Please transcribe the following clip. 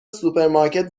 سوپرمارکت